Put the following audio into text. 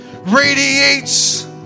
radiates